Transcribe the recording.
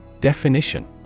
Definition